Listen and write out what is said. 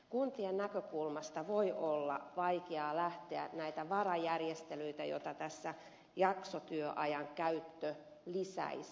kuntien näkökulmasta voi olla vaikeaa lähteä tekemään näitä varajärjestelyitä joita tässä jaksotyöajan käyttö lisäisi